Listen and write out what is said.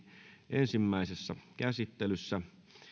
ensimmäisessä käsittelyssä